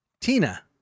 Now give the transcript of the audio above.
Tina